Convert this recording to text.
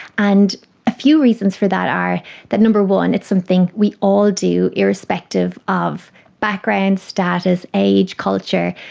and a few reasons for that are that, number one, it's something we all do, irrespective of background status, age, culture,